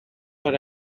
her